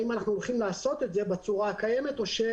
אז האם אנחנו הולכים לעשות את זה בצורה הקיימת או,